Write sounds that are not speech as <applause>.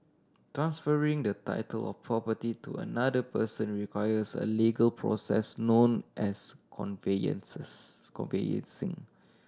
transferring the title of property to another person requires a legal process known as <unintelligible> conveyancing